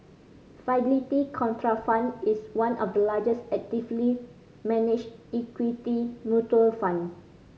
Fidelity Contrafund is one of the largest actively managed equity mutual fund